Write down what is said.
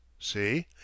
See